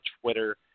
Twitter